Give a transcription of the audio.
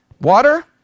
Water